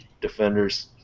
defenders